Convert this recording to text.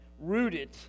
rooted